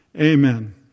Amen